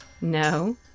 No